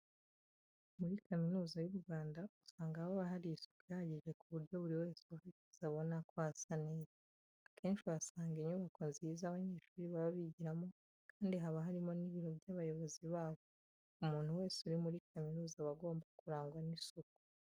Muri Kaminuza y'u Rwanda usanga haba hari isuku ihagije ku buryo buri wese uhageze abona ko hasa neza. Akenshi uhasanga inyubako nziza abanyeshuri baba bigiramo kandi haba harimo n'ibiro by'abayobozi babo. Umuntu wese uri muri kaminuza aba agomba kurangwa n'isuku.